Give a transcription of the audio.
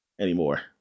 anymore